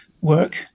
work